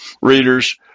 readers